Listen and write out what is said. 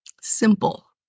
simple